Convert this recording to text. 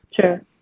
Sure